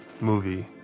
Movie